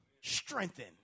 strengthen